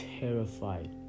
terrified